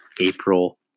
April